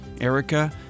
Erica